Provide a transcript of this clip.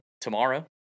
tomorrow